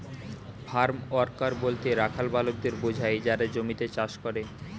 farm worker বলতে রাখাল বালকদের বোঝায় যারা জমিতে চাষ করে